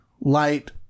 light